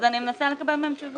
אני רוצה לעשות איתכם עסקה.